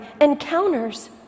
encounters